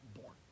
born